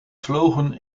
vlogen